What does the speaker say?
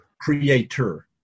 creator